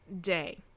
day